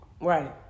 Right